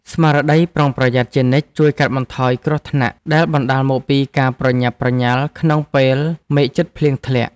ស្មារតីប្រុងប្រយ័ត្នជានិច្ចជួយកាត់បន្ថយគ្រោះថ្នាក់ដែលបណ្ដាលមកពីការប្រញាប់ប្រញាល់ក្នុងពេលមេឃជិតភ្លៀងធ្លាក់។